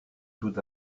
tout